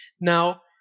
Now